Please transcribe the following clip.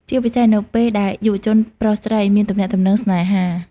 ជាពិសេសនៅពេលដែលយុវជនប្រុសស្រីមានទំនាក់ទំនងស្នេហា។